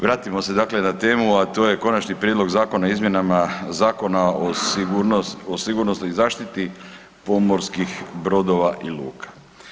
Vratimo se dakle na temu, a to je Konačni prijedlog zakona o izmjenama Zakona o sigurnosnoj zaštiti pomorskih brodova i luka.